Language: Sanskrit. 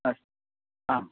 अस्तु आम् आम्